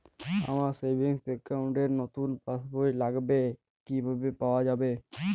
আমার savings account র নতুন পাসবই লাগবে কিভাবে পাওয়া যাবে?